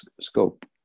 scope